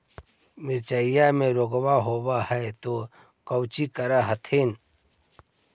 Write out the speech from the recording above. मिर्चया मे रोग्बा होब है तो कौची कर हखिन?